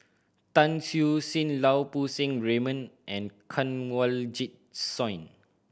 Tan Siew Sin Lau Poo Seng Raymond and Kanwaljit Soin